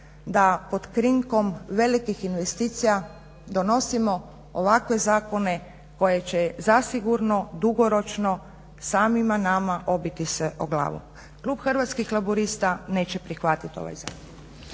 da pod krinkom velikih investicija donosimo ovakve zakone koje će zasigurno dugoročno samima nama obiti se o glavu. Klub Hrvatskih laburista neće prihvatit ovaj zakon.